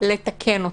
לתקן אותו.